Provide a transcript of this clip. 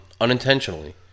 unintentionally